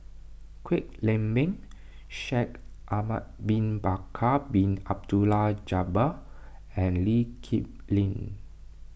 Kwek Leng Beng Shaikh Ahmad Bin Bakar Bin Abdullah Jabbar and Lee Kip Lin